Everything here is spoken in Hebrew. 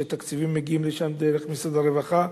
שתקציבים מגיעים לשם דרך משרד הרווחה,